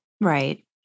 Right